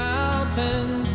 Mountains